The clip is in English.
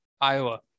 Iowa